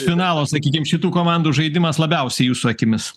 finalo sakykim šitų komandų žaidimas labiausiai jūsų akimis